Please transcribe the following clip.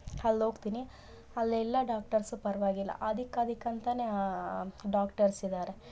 ಅಲ್ಲೋಗ್ತಿನಿ ಅಲ್ಲಿ ಎಲ್ಲ ಡಾಕ್ಟರ್ಸು ಪರವಾಗಿಲ್ಲ ಅದಕ್ ಅದಕ್ಕಂತ ಡಾಕ್ಟರ್ಸ್ ಇದಾರೆ